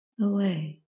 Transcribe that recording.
away